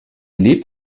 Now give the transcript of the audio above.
lebt